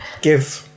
give